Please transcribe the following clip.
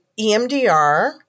EMDR